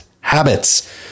habits